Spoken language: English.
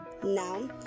Now